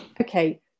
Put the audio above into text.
Okay